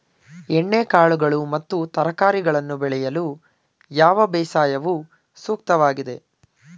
ಎಣ್ಣೆಕಾಳುಗಳು ಮತ್ತು ತರಕಾರಿಗಳನ್ನು ಬೆಳೆಯಲು ಯಾವ ಬೇಸಾಯವು ಸೂಕ್ತವಾಗಿದೆ?